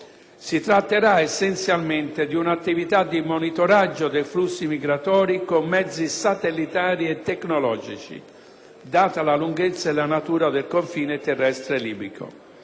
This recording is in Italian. si tratterà essenzialmente di un'attività di monitoraggio dei flussi migratori con mezzi satellitari e tecnologici, data la lunghezza e la natura del confine terrestre libico;